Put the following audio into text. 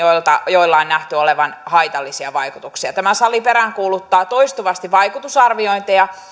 joilla on nähty olevan haitallisia vaikutuksia tämä sali peräänkuuluttaa toistuvasti vaikutusarviointeja